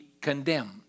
condemned